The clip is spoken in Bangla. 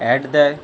অ্যাড দেয়